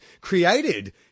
created